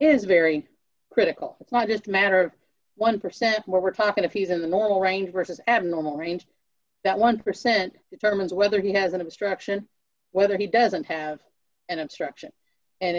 is very critical it's not just a matter of one percent or more we're talking if he's in the normal range versus abnormal range that one percent determines whether he has an obstruction whether he doesn't have an obstruction and in